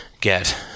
get